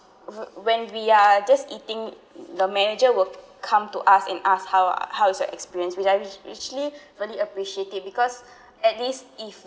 when we are just eating the manager will come to us and ask how how's your experience which I just rich~ richly really appreciate it because at least if